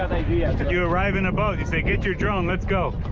you arrive in a boat you say get your drone let's go